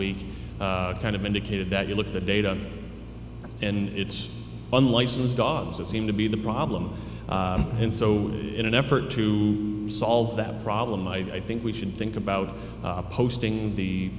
week kind of indicated that you look at the data and it's unlicensed dogs that seem to be the problem and so in an effort to solve that problem i think we should think about posting the